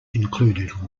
included